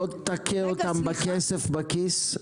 לא תכה אותם בכסף בכיס,